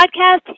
podcast